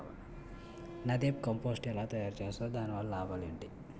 NADEP compost ఎలా తయారు చేస్తారు? దాని వల్ల లాభాలు ఏంటి?